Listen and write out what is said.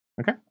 Okay